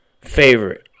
favorite